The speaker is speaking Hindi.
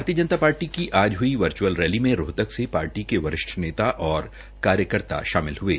भारतीय जनता पार्टी की आज वर्च्अल रैली में रोहतक से पार्टी के वरिष्ठ नेता और कार्यकर्ता शामिल हये